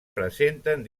presenten